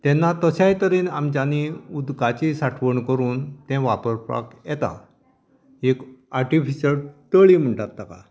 तेन्ना तशाय तरेन आमच्यानीं उदकांची साठवण करून तें वापरपाक येता एक आर्टिफिशल तळी म्हणटात ताका